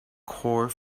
core